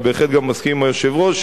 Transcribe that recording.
אני בהחלט גם מסכים עם היושב-ראש,